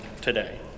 today